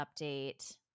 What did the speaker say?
update